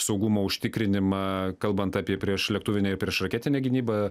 saugumo užtikrinimą kalbant apie priešlėktuvinę ir priešraketinę gynybą